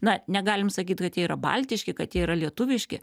na negalim sakyt kad jie yra baltiški kad jie yra lietuviški